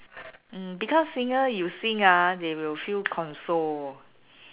mm because singer you sing ah they will feel consoled